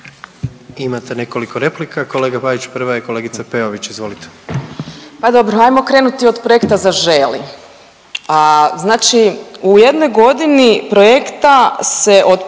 Imate nekoliko replika, kolega Paviću prva je kolegica Peović, izvolite. **Peović, Katarina (RF)** A dobro, ajmo krenuti od projekta „Zaželi“, znači u jednoj godini projekta se od